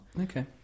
Okay